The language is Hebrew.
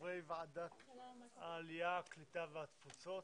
חברי ועדת העלייה, הקליטה והתפוצות.